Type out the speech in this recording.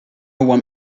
want